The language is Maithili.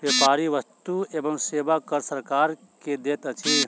व्यापारी वस्तु एवं सेवा कर सरकार के दैत अछि